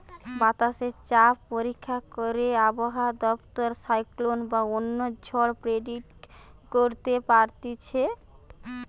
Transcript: বাতাসে চাপ পরীক্ষা করে আবহাওয়া দপ্তর সাইক্লোন বা অন্য ঝড় প্রেডিক্ট করতে পারতিছে